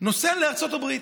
נוסע לארצות הברית,